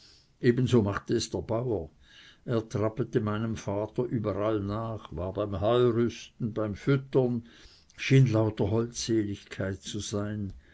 ebenso machte es der bauer er trappete meinem vater überall nach war beim heurüsten beim füttern schien lauter holdseligkeit zu sein